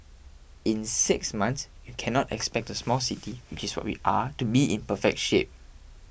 in six months you cannot expect a small city which is what we are to be in perfect shape